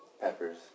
peppers